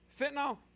fentanyl